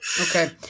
okay